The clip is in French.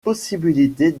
possibilités